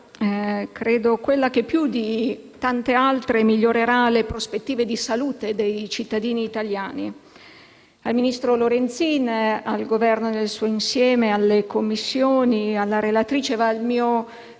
quella che più di tante altre migliorerà le prospettive di salute dei cittadini italiani. Al ministro Lorenzin, al Governo nel suo insieme, alle Commissioni e alla relatrice va il mio